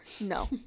No